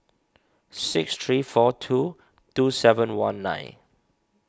six three four two two seven one nine